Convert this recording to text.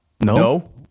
No